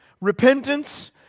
repentance